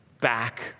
back